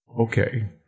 Okay